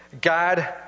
God